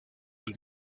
del